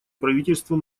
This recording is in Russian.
правительству